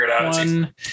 one